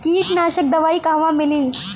कीटनाशक दवाई कहवा मिली?